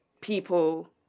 people